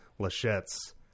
Lachette's